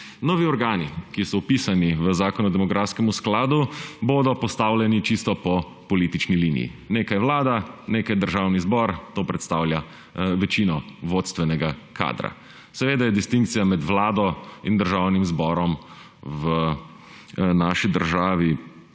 Novi organi, ki so vpisani v zakon o demografskem skladu, bodo postavljeni čisto po politični liniji − nekaj Vlada, nekaj Državni zbor, to predstavlja večino vodstvenega kadra. Seveda je distinkcija med Vlado in Državnim zborom v naši državi